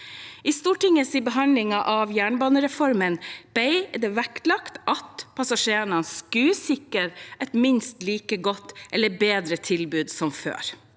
I Stortingets behandling av jernbanereformen ble det vektlagt at passasjerene skulle sikres et minst like godt eller bedre tilbud enn før.